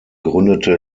gründete